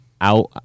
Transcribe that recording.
out